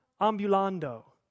ambulando